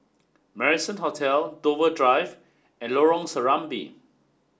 Marrison Hotel Dover Drive and Lorong Serambi